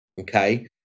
Okay